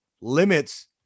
limits